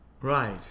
Right